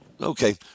Okay